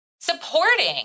supporting